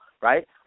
right